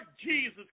Jesus